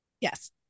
yes